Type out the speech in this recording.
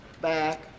back